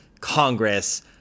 Congress